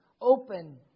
open